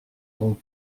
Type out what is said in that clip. ronds